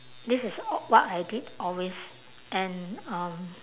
this is what I did always and um